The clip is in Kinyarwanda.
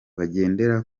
bagendera